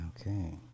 okay